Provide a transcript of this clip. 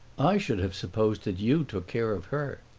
i should have supposed that you took care of her.